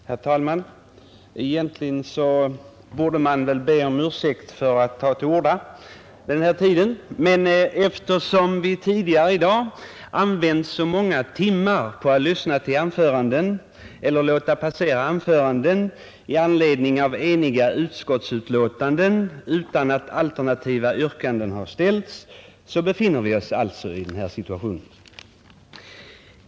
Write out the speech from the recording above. Herr talman! Egentligen borde man väl be om ursäkt för att man tar till orda den här tiden, men eftersom vi tidigare i dag använt så många timmar på att lyssna till anföranden — eller låta dem passera — i anledning av eniga utskottsbetänkanden utan att alternativa yrkanden har ställts befinner vi oss alltså i den här situationen.